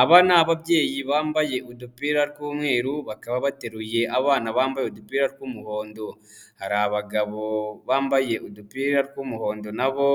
Aba ni ababyeyi bambaye udupira tw'umweru bakaba bateruye abana bambaye udupira tw'umuhondo, hari abagabo bambaye udupira tw'umuhondo na bo